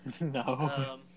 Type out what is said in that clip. No